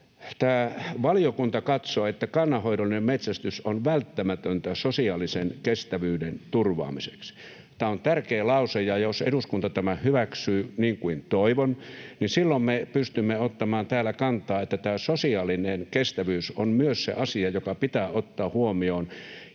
”Valiokunta katsoo, että kannanhoidollinen metsästys on välttämätöntä sosiaalisen kestävyyden turvaamiseksi” on tärkeä lause, ja jos eduskunta tämän hyväksyy — niin kuin toivon — niin silloin me pystymme ottamaan täällä kantaa, että tämä sosiaalinen kestävyys on myös se asia, joka pitää ottaa huomioon.